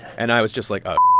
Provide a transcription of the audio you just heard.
and i was just like, oh.